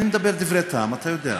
אני מדבר דברי טעם, אתה יודע.